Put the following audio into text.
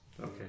Okay